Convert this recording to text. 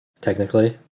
technically